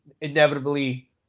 inevitably